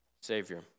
Savior